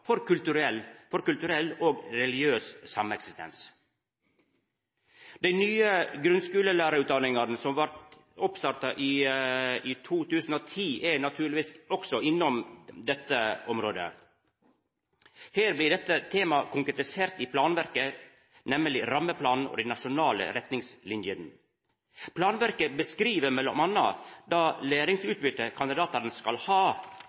for kulturell og religiøs sameksistens. Dei nye grunnskulelærarutdanningane som vart starta opp i 2010, er naturlegvis også innom dette området. Her blir dette temaet konkretisert i planverket, nemleg i rammeplanen og i dei nasjonale retningslinjene. Planverket beskriv m.a. det læringsutbyttet kandidatane skal ha